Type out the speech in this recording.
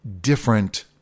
different